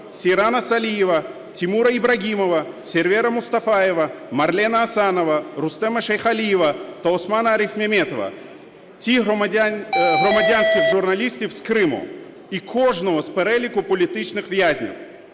Сейрана Салієва, Тимура Ібрагімова, Сервера Мустафаєва, Марлена Асанова, Рустема Шейхалієва та Османа Арифмеметова – цих громадянських журналістів з Криму і кожного з переліку політичних в'язнів.